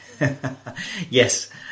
Yes